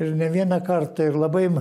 ir ne vieną kartą ir labai